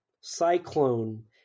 Cyclone